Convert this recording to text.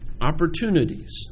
Opportunities